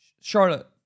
Charlotte